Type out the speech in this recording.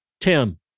Tim